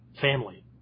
family